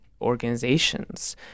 organizations